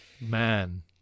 Man